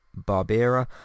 Barbera